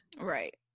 Right